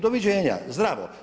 Doviđenja, zdravo.